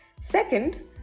Second